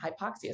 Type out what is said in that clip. hypoxia